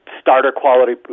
starter-quality